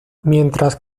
mientras